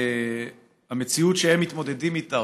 והמציאות שהם מתמודדים איתה,